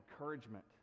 encouragement